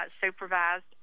supervised